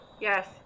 yes